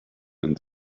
and